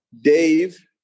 Dave